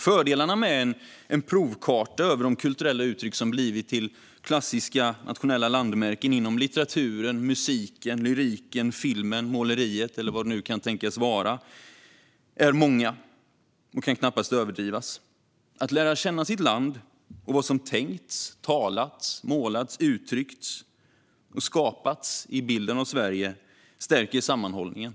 Fördelarna med en provkarta över de kulturella uttryck som blivit till klassiska nationella landmärken inom litteraturen, musiken, lyriken, filmen, måleriet eller vad det nu kan tänkas vara är många och kan knappast överdrivas. Att lära känna sitt land och vad som tänkts, talats, målats, uttryckts och skapats i bilden av Sverige stärker sammanhållningen.